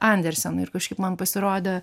andersenui ir kažkaip man pasirodė